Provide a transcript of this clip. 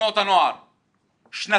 בתנועות הנוער, שנתיים,